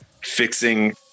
fixing